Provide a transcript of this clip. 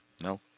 No